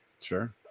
Sure